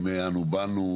שהוא מימי אנו באנו,